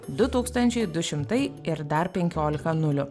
du tūkstančiai du šimtai ir dar penkiolika nulių